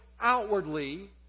outwardly